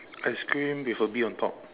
ice cream with a bee on top